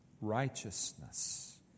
righteousness